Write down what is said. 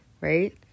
right